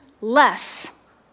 less